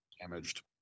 damaged